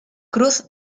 cruz